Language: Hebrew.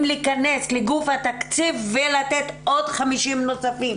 להכנס לגוף התקציב ולתת עוד 50 מיליון נוספים.